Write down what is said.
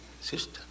sister